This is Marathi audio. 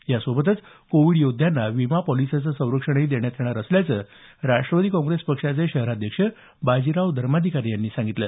यासोबतच कोविड योद्ध्यांना विमा पॉलिसीचं संरक्षणही देण्यात येणार असल्याचं राष्टवादी काँग्रेस पक्षाचे शहराध्यक्ष बाजीराव धर्माधिकारी यांनी सांगितलं